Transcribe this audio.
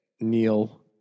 Neil